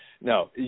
No